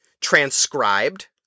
transcribed